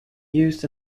used